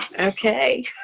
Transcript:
Okay